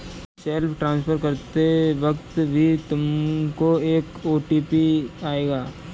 self transfer करते वक्त भी तुमको एक ओ.टी.पी आएगा